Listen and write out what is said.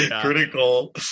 critical